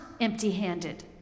empty-handed